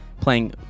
playing